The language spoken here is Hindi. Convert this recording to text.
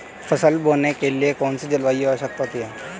फसल बोने के लिए कौन सी जलवायु की आवश्यकता होती है?